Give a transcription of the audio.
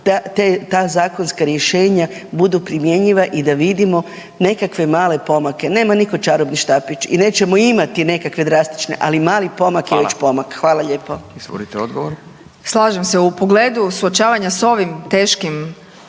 ta zakonska rješenja budu primjenjiva i da vidimo nekakve male pomake. Nema nitko čarobni štapić i nećemo imati nekakve drastične, ali mali pomak je već pomak. Hvala lijepo. **Radin, Furio (Nezavisni)** Hvala. Izvolite